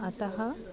अतः